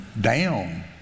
down